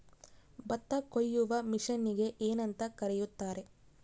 ಭತ್ತ ಕೊಯ್ಯುವ ಮಿಷನ್ನಿಗೆ ಏನಂತ ಕರೆಯುತ್ತಾರೆ?